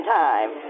time